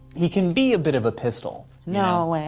he can be a bit of a pistol. no way.